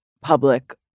public